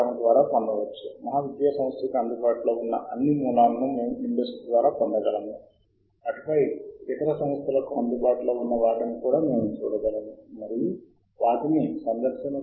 ప్రమత్తం దీనిని మీ కోసం నేను మారుస్తున్నాను ఎడమ చేతి పట్టీలో బ్రాకెట్తో అన్ఫిల్డ్ అని పిలువబడే అంశం ఉంది ఇది కేవలం ఏ జాబితాగా వర్గీకరించబడని గ్రంథ పట్టిక అంశాలు ఎన్ని ఉన్నాయో మీకు చూపుతుంది మరియు అవి ఖాళీ చేయబడాలి